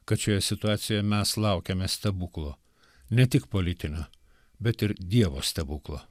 kad šioje situacijoje mes laukiame stebuklo ne tik politinio bet ir dievo stebuklo